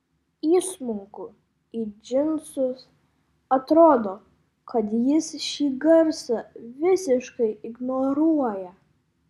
įsmunku į džinsus atrodo kad jis šį garsą visiškai ignoruoja